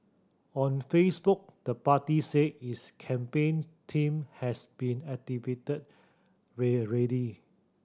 on Facebook the party said its campaign team has been activated rare ready